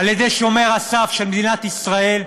על-ידי שומר הסף של מדינת ישראל,